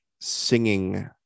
singing